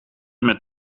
met